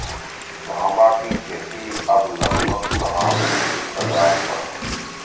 सांवा की खेती अब लगभग समाप्ति के कगार पर है